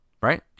right